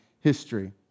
history